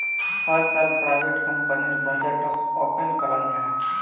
हर साल प्राइवेट कंपनीर बजटोक ओपन कराल जाहा